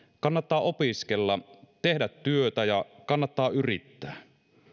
kannattaa opiskella ja tehdä työtä ja kannattaa yrittää